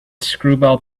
screwball